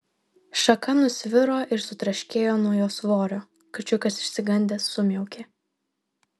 šaka nusviro ir sutraškėjo nuo jo svorio kačiukas išsigandęs sumiaukė